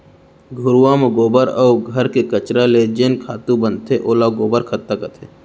घुरूवा म गोबर अउ घर के कचरा ले जेन खातू बनथे ओला गोबर खत्ता कथें